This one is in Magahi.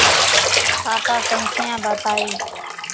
खाता संख्या बताई?